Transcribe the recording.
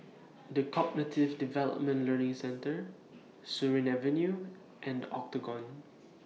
The Cognitive Development Learning Centre Surin Avenue and The Octagon